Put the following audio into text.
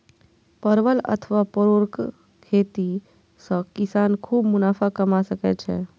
परवल अथवा परोरक खेती सं किसान खूब मुनाफा कमा सकै छै